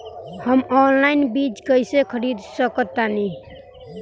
हम ऑनलाइन बीज कईसे खरीद सकतानी?